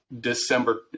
December